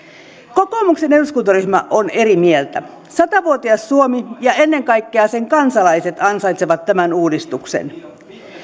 kokoomuksen eduskuntaryhmä on eri mieltä sata vuotias suomi ja ennen kaikkea sen kansalaiset ansaitsevat tämän uudistuksen